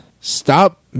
stop